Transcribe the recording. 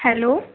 hello